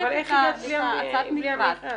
אבל איך הגעת בלי המכרז.